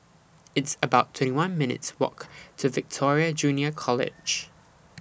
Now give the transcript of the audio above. It's about twenty one minutes' Walk to Victoria Junior College